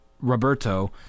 Roberto